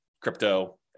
crypto